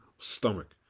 Stomach